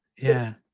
yeah,